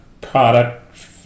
product